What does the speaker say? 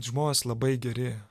žmonės labai geri